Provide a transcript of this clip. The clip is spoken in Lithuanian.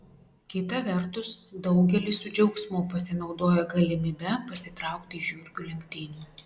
kita vertus daugelis su džiaugsmu pasinaudoja galimybe pasitraukti iš žiurkių lenktynių